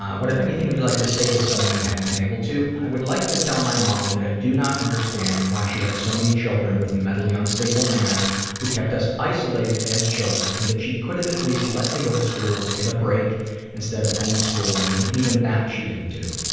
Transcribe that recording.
what if anything would you like to say to someone you haven't been able to? i would like to tell my mom that i do not understand why she had so many children with a mentally-unstable man who kept us isolated as children and that she could have at least let me go to school to get a break instead of home-schooling and even that she didn't do.